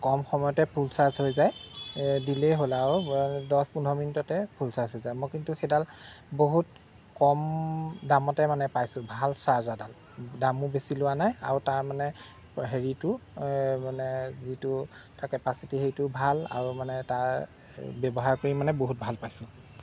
কম সময়তে full charge হৈ যায় দিলেই হ'ল আৰু দছ পোন্ধৰ মিনিটতে ফুল চাৰ্জ হৈ যায় মই কিন্তু সেইডাল বহুত কম দামতে মানে পাইছোঁ ভাল চাৰ্জাৰডাল দামো বেছি লোৱা নাই আৰু তাৰমানে হেৰিটো মানে যিটো তাৰ কেপাচিটি সেইটোও ভাল আৰু মান তাৰ ব্যৱহাৰ কৰি মানে বহুত ভাল পাইছোঁ